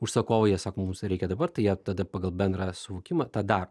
užsakovai jie sako mums reikia dabar tai jie tada pagal bendrą suvokimą tą daro